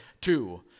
Two